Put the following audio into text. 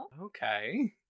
Okay